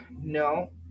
No